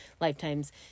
lifetimes